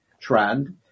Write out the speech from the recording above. trend